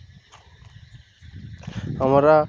আমরা